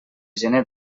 gener